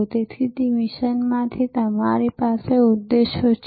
અને તેથી તે મિશનમાંથી તમારી પાસે ઉદ્દેશ્યો છે